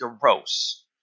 gross